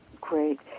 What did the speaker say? Great